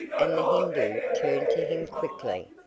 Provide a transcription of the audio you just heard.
and the hindoo turned to him quickly,